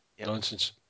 nonsense